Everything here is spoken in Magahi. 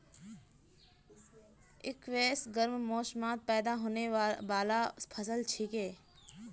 स्क्वैश गर्म मौसमत पैदा होने बाला फसल छिके